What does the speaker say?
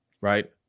right